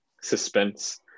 suspense